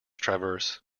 traverse